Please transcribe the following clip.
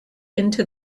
into